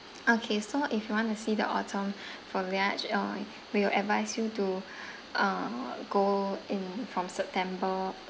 okay so if you want to see the autumn foliage uh we will advise you to uh go in from september